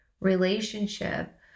relationship